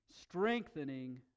strengthening